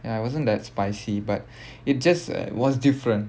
ya it wasn't that spicy but it just uh it was different